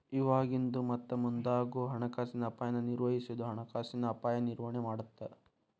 ಇವಾಗಿಂದು ಮತ್ತ ಮುಂದಾಗೋ ಹಣಕಾಸಿನ ಅಪಾಯನ ನಿರ್ವಹಿಸೋದು ಹಣಕಾಸಿನ ಅಪಾಯ ನಿರ್ವಹಣೆ ಮಾಡತ್ತ